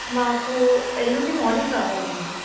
మాకు ఎల్లుండి మార్నింగ్ కావాలండి